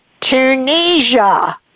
Tunisia